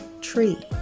tree